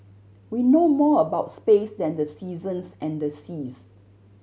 we know more about space than the seasons and the seas